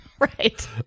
right